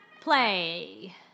play